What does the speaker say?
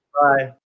Bye